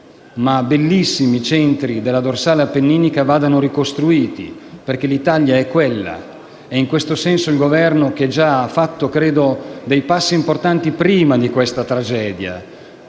ma bellissimi centri della dorsale appenninica vadano ricostruiti, perché l'Italia è quella. In questo senso credo che il Governo abbia già fatto dei passi importanti prima di questa tragedia,